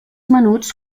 menuts